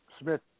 Smith